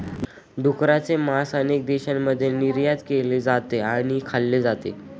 डुकराचे मांस अनेक देशांमध्ये निर्यात केले जाते आणि खाल्ले जाते